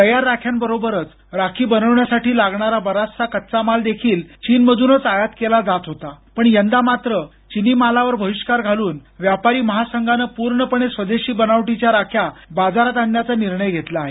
तयार राख्यांबरोबरच राखी बनवण्यासाठी लागणारा बराचसा कच्चा माल देखील चीनमधूनच आयात केला जात होता पण यंदा मात्र चिनी मालावर बहिष्कार घालून व्यापारी महासंघानं पूर्णपणे स्वदेशी बनावटीच्या राख्या बाजारात आणण्याचा निर्णय घेतला आहे